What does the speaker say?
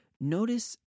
Notice